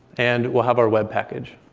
and we'll have our web package.